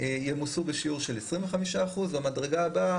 ימוסו בשיעור של 25%. המדרגה הבאה,